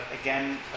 Again